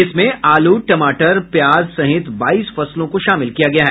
इसमें आलू टमाटर प्याज सहित बाईस फसलों को शामिल किया गया है